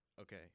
Okay